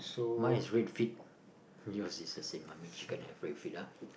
mine is red feet yours is the same one I mean chicken have red feet ah